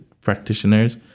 practitioners